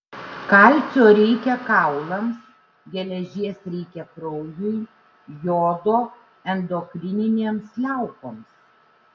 kalcio reikia kaulams geležies reikia kraujui jodo endokrininėms liaukoms